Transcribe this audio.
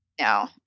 No